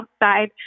outside